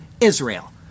Israel